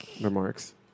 Remarks